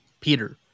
Peter